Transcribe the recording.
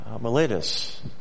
Miletus